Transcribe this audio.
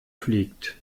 fliegt